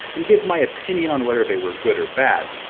and give my opinion on whether they were good or bad.